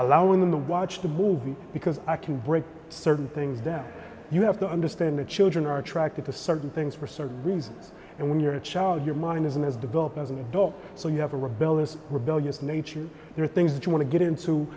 allowing them to watch the movie because i can break certain things that you have to understand that children are attracted to certain things for certain reasons and when you're a child your mind isn't as developed as an adult so you have a rebellious rebellious nature there are things that you want to get into